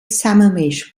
sammamish